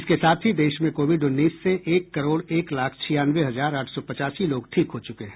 इसके साथ ही देश में कोविड उन्नीस से एक करोड़ एक लाख छियानवे हजार आठ सौ पचासी लोग ठीक हो चुके हैं